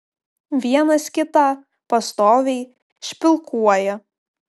vienas kitą pastoviai špilkuoja